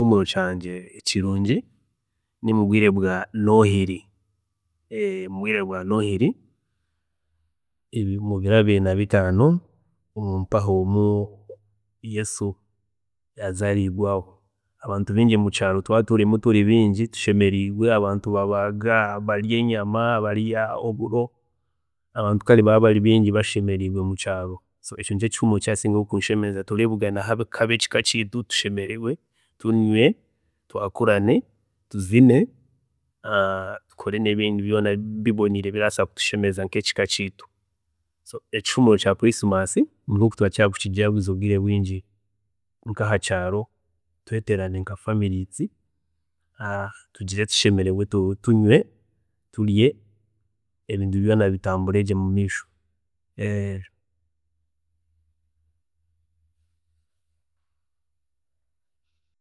﻿Ekihuumuro kyangye ekirungi nimubwiire bwa nohiri mubwiire bwa nohiri mubiro abiri nabitaano omu mpaha omu Yesu yazaarirweho, abantu bingi mukyaaro turaba turimu turi bingi tushemeriirwe, abantu babaaga, barya enyama, barya oburo, abantu kare bakaba bari bingi bashemeriirwe mukyaaro, so ekyo nikyo kihuumuro ekirasingayo kunshemeza tureebugana nkaba ekika kyeitu tushemererwe, tunywe, twakurane tuzine tukore nebindi byoona biboniire birabaasa kutushemeza nk'ekika kyeitu, so ekihuumuro kya christmas hiine nkoku turakira kukijaguza obwiire bwingi nka ahakyaaro tweterane nka families, tugire tushemererwe tunywe turye ebintu byoona bitambure gye mumeisho.